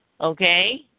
okay